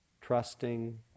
trusting